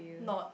not